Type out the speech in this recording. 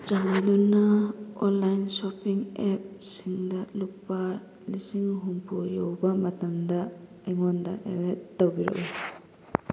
ꯆꯥꯟꯕꯤꯗꯨꯅ online shopping ꯑꯦꯞꯁꯤꯡꯗ ꯂꯨꯄꯥ ꯂꯤꯁꯤꯡ ꯍꯨꯝꯐꯨ ꯌꯧꯕ ꯃꯇꯝꯗ ꯑꯩꯉꯣꯟꯗ ꯑꯦꯂꯔꯠ ꯇꯧꯕꯤꯔꯛꯎ